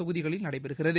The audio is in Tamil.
தொகுதிகளில் நடைபெறுகிறது